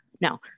No